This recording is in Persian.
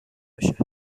بشه